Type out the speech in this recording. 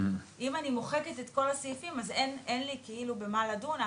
אם אני מוחקת את כל הסעיפים אז אין לי כאילו במה לדון,